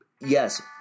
Yes